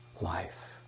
life